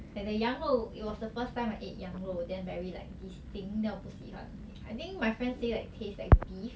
like the 羊肉 it was the first time I ate 羊肉 then very like distinct then 我不喜欢:wo bui xi huan I think my friend say like taste like beef